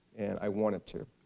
and i wanted to.